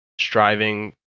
striving